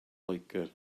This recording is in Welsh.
loegr